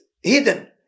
hidden